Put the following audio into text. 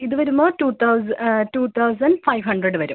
ഇത് വരുമ്പോൾ two thousand two thousand five hundred വരും